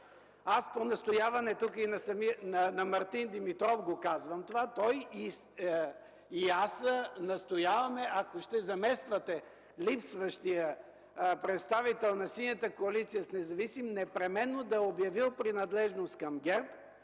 и по настояване и на Мартин Димитров, той и аз настояваме, ако ще замествате липсващия представител на Синята коалиция с независим, той непременно да е обявил принадлежност към ГЕРБ